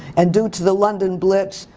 and due to the london blitz,